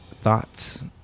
thoughts